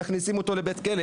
מכניסים אותו לבית כלא.